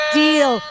deal